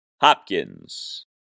Hopkins